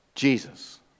Jesus